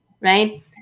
right